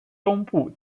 东部